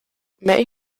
may